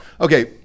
Okay